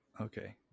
Okay